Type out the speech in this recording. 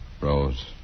Rose